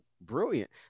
brilliant